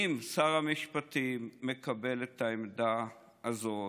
אם שר המשפטים מקבל את העמדה הזאת,